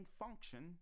function